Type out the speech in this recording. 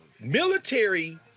military